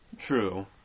True